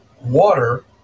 water